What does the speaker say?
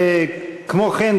כמו כן,